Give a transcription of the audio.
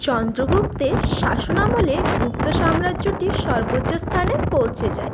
চন্দ্রগুপ্তের শাসন আমলে গুপ্ত সাম্রাজ্যটি সর্বোচ্চ স্থানে পৌঁছে যায়